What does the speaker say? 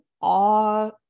awe